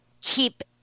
keep